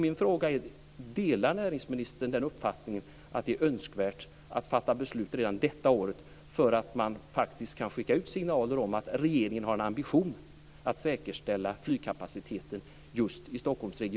Min fråga är: Delar näringsministern den uppfattningen att det är önskvärt att fatta beslut redan detta år, så att man kan skicka ut signaler om att regeringen har en ambition att säkerställa flygkapaciteten just i